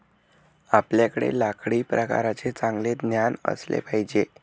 आपल्याकडे लाकडी प्रकारांचे चांगले ज्ञान असले पाहिजे